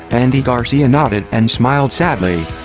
andy garcia nodded and smiled sadly.